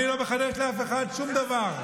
אני לא מחדש לאף אחד שום דבר.